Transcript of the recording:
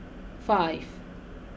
five